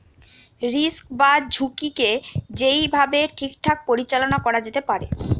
risk বা ঝুঁকিকে যেই ভাবে ঠিকঠাক পরিচালনা করা যেতে পারে